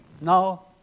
Now